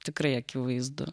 tikrai akivaizdu